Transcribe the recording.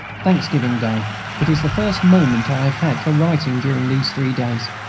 thanksgiving-day it is the first moment i have had for writing during these three days,